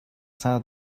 sau